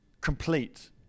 complete